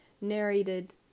narrated